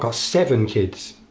ah seven kids.